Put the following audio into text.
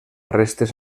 restes